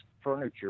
furniture